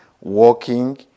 walking